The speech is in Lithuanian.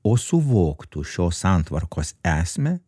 o suvoktų šios santvarkos esmę